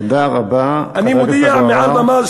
תודה רבה, חבר הכנסת אבו עראר.